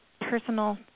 personal